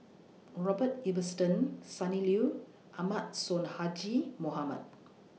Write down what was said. Robert Ibbetson Sonny Liew Ahmad Sonhadji Mohamad